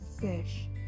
fish